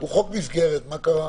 הוא חוק מסגרת, מה קרה?